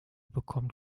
bekommt